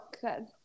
good